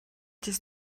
does